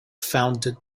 founded